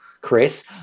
Chris